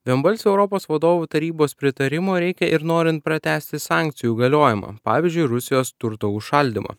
vienbalsio europos vadovų tarybos pritarimo reikia ir norint pratęsti sankcijų galiojimą pavyzdžiui rusijos turto užšaldymo